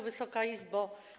Wysoka Izbo!